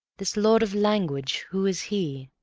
this lord of language, who is he?